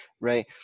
right